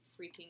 freaking